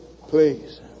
please